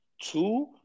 Two